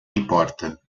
importa